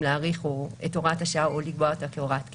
להאריך את הוראת השעה או לקבוע אתה כהוראת קבע.